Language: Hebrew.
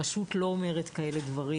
הרשות לא אומרת כאלה דברים.